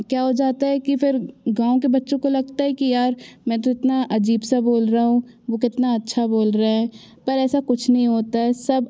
क्या हो जाता है कि फिर गाँव के बच्चो को लगता है कि यार मैं तो इतना अजीब सा बोल रहा हूँ वह कितना अच्छा बोल रहे हैं पर ऐसा कुछ नहीँ होता है सब